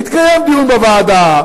יתקיים דיון בוועדה,